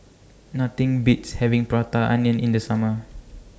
Nothing Beats having Prata Onion in The Summer